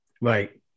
Right